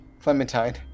Clementine